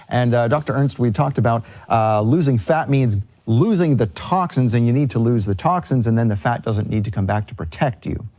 and dr. ernst, we talked about losing fat means losing the toxins, and you need to lose the toxins and then the fat doesn't need to come back to protect you.